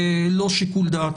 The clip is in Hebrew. לא שיקול דעת,